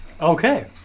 Okay